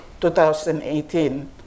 2018